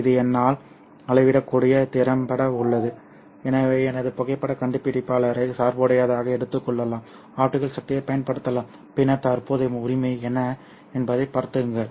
இது என்னால் அளவிடக்கூடிய திறம்பட உள்ளது எனவே எனது புகைப்படக் கண்டுபிடிப்பாளரைச் சார்புடையதாக எடுத்துக்கொள்ளலாம் ஆப்டிகல் சக்தியைப் பயன்படுத்தலாம் பின்னர் தற்போதைய உரிமை என்ன என்பதைப் பாருங்கள்